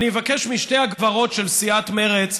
אני אבקש משתי הגברות של סיעת מרצ,